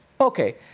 Okay